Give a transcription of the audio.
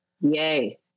Yay